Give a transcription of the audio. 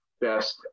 best